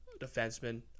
defenseman